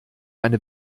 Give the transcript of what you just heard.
eine